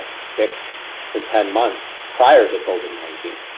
ah six to ten months prior to covid nineteen.